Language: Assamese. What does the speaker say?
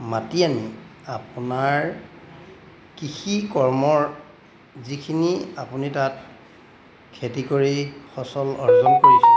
মাতি আনি আপোনাৰ কৃষিকৰ্মৰ যিখিনি আপুনি তাত খেতি কৰি ফচল অৰ্জন কৰিছে